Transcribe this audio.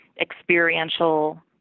experiential